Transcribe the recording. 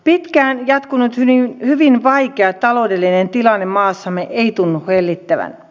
pitkään jatkunut hyvin vaikea taloudellinen tilanne maassamme ei tunnu hellittävän